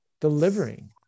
delivering